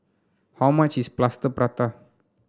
how much is Plaster Prata